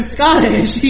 Scottish